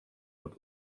pod